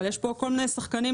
אבל יש כל מיני שחקנים,